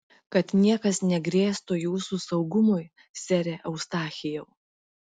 kad niekas negrėstų jūsų saugumui sere eustachijau